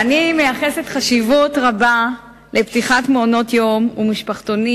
אני מייחסת חשיבות רבה לפתיחת מעונות-יום ומשפחתונים